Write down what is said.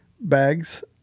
bags